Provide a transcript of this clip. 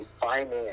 finance